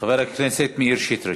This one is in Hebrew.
חבר הכנסת מאיר שטרית.